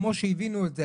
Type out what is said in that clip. כמו שהבינו את זה,